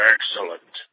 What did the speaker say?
Excellent